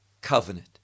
Covenant